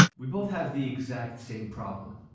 we both have the exact same problem.